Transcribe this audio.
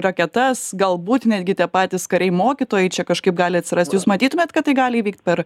raketas galbūt netgi tie patys kariai mokytojai čia kažkaip gali atsirasti jūs matytumėt kad tai gali įvykti per